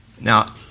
Now